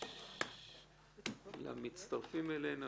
למצטרפים אלינו,